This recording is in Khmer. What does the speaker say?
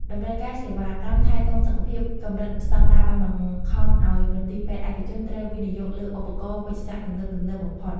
តម្រូវការសេវាកម្មថែទាំសុខភាពកម្រិតស្តង់ដារបានបង្ខំឱ្យមន្ទីរពេទ្យឯកជនត្រូវវិនិយោគលើឧបករណ៍វេជ្ជសាស្ត្រទំនើបៗបំផុត។